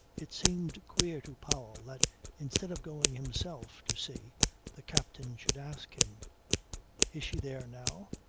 it seemed queer to powell that instead of going himself to see the captain should ask him is she there now?